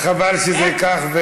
חבל שזה כך.